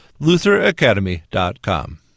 lutheracademy.com